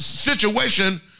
situation